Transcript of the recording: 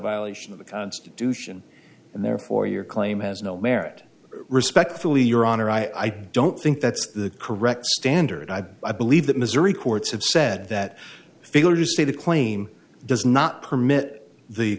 violation of the constitution and therefore your claim has no merit respectfully your honor i don't think that's the correct standard i believe that missouri courts have said that figure to say the claim does not permit the